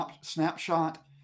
snapshot